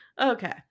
Okay